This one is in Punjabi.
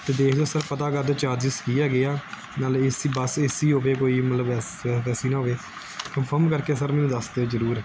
ਅਤੇ ਦੇਖ ਲਿਓ ਸਰ ਪਤਾ ਕਰ ਦਿਓ ਚਾਰਜਸ ਕੀ ਹੈਗੇ ਆ ਨਾਲੇ ਏ ਸੀ ਬਸ ਏ ਸੀ ਹੋਵੇ ਕੋਈ ਮਤਲਬ ਐਸ ਐਸੀ ਨਾ ਹੋਵੇ ਕਨਫਰਮ ਕਰਕੇ ਸਰ ਮੈਨੂੰ ਦੱਸ ਦਿਓ ਜ਼ਰੂਰ